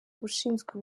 ushinzwe